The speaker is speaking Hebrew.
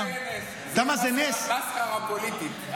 זה לא יהיה נס, זה מסחרה פוליטית.